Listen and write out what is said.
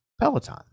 Peloton